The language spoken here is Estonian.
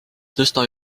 tõsta